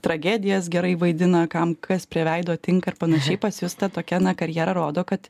tragedijas gerai vaidina kam kas prie veido tinka ir panašiai pas jus ta tokia na karjera rodo kad